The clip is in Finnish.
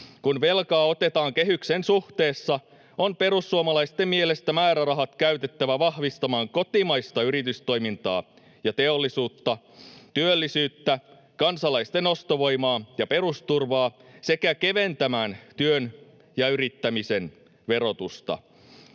Kun velkaa otetaan kehyksen suhteessa, on perussuomalaisten mielestä määrärahat käytettävä vahvistamaan kotimaista yritystoimintaa ja teollisuutta, työllisyyttä, kansalaisten ostovoimaa ja perusturvaa sekä keventämään työn ja yrittämisen verotusta.